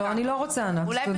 אני לא רוצה, ענת, תודה.